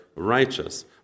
righteous